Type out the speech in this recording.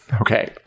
Okay